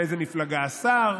מאיזה מפלגה השר.